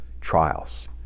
trials